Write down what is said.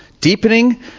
Deepening